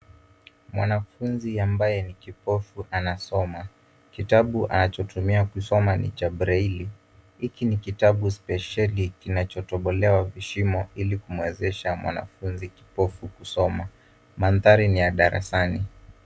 Mwanafunzi ambaye ni kipofu anasoma. Kitabu anchotumia kusoma ni cha breili. Hiki ni kitabu spesheli kinachotobolewa vishimo ili kumwezesha mwanafunzi kipofu kusoma. Mandhari ni ya darasani.